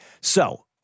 so-